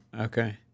okay